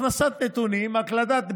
הכנסת נתונים, הכנסת בנקים,